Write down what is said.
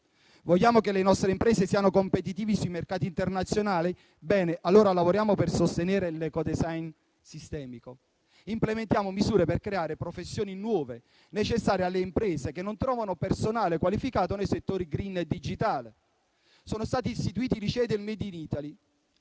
Vogliamo che le nostre imprese siano competitive sui mercati internazionali? Bene, allora lavoriamo per sostenere l'*ecodesign* sistemico e implementiamo misure per creare professioni nuove, necessarie alle imprese che non trovano personale qualificato nei settori *green* e digitale. I licei del made in Italy